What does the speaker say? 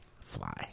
fly